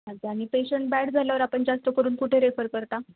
अच्छा आणि patient bad झाल्यावर आपण जास्त करून कुठे रेफर करता